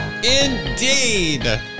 Indeed